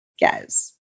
guys